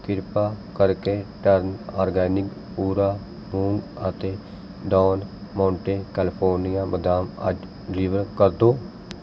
ਕਿਰਪਾ ਕਰਕੇ turn organic ਪੂਰਾ ਮੂੰਗ ਅਤੇ ਡੌਨ ਮੋਂਟੇ ਕੈਲੀਫੋਰਨੀਆ ਬਦਾਮ ਅੱਜ ਡਿਲੀਵਰ ਕਰ ਦਿਉ